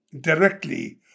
directly